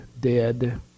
dead